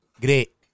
Great